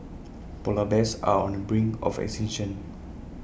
Polar Bears are on the brink of extinction